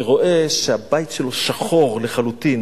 ורואה שהבית שלו שחור לחלוטין